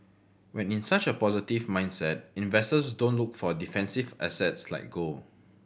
when in such a positive mindset investor don't look for defensive assets like gold